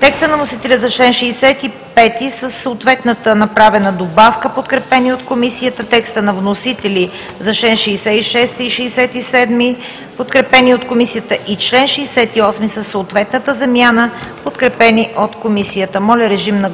текста на вносителя за чл. 65 със съответната направена добавка, подкрепен от Комисията; текста на вносителя за чл. 66 и чл. 67, подкрепени от Комисията; и чл. 68 със съответната замяна, подкрепен от Комисията.